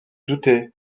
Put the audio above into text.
doutez